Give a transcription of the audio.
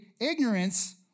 ignorance